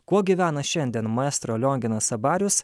kuo gyvena šiandien maestro lionginas abarius